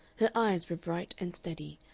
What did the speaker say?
her eyes were bright and steady,